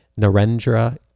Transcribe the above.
Narendra